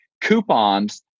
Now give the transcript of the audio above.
coupons